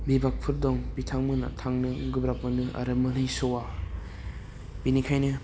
बिभागफोर दं बिथांमोना थांनो गोब्राब मोनो आरो मोनहैस'या बेनिखायनो